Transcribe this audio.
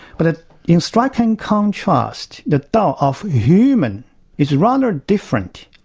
but ah in striking contrast, the dao of human is rather different.